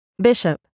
Bishop